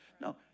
No